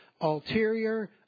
ulterior